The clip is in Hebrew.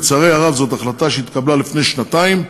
לצערי הרב, זו החלטה שהתקבלה לפני שנתיים,